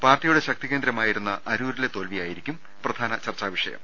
പാർട്ടിയുടെ ശക്തി കേന്ദ്രമായിരുന്ന അരൂ രിലെ തോൽവി ആയിരിക്കും പ്രധാന ചർച്ചാ വിഷയം